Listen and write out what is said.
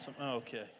Okay